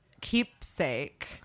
keepsake